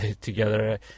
together